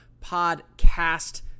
Podcast